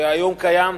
שהיום קיים,